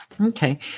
Okay